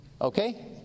Okay